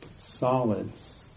solids